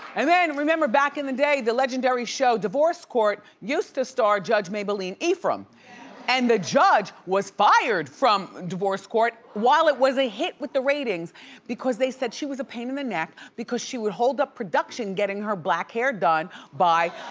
and then remember back in the day, the legendary show, divorce court, used to star judge mablean ephriam and the judge was fired from divorce court while it was a hit with the ratings because they said she was a pain in the neck because she would hold up production getting her black hair done by,